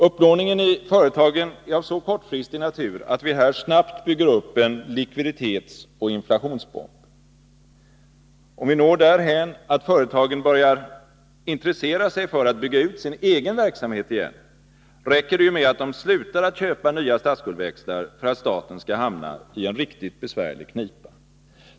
Upplåningeni företagen är av så kortfristig natur att vi här snabbt bygger upp en likviditetsoch inflationsbomb. Om vi når därhän att företagen återigen börjar intressera sig för att bygga ut sin egen verksamhet, räcker det med att de slutar köpa nya statsskuldsväxlar för att staten skall hamna i en riktig knipa.